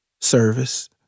service